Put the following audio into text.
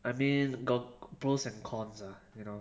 I mean got pros and cons lah you know